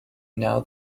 now